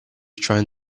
trying